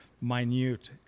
minute